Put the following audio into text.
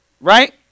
Right